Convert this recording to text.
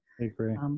agree